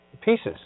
pieces